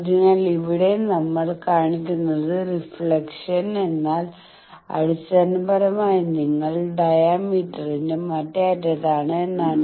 അതിനാൽ ഇവിടെ നമ്മൾ കാണിക്കുന്നത് റിഫ്ലക്ഷൻ എന്നാൽ അടിസ്ഥാനപരമായി നിങ്ങൾ ഡയമീറ്റർന്റെ മറ്റേ അറ്റത്താണ് എന്നാണ്